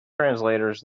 translators